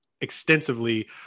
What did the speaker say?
Extensively